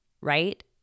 right